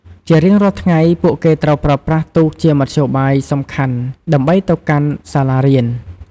ជារៀងរាល់ថ្ងៃ ពួកគេត្រូវប្រើប្រាស់ទូកជាមធ្យោបាយសំខាន់ដើម្បីទៅកាន់សាលារៀន។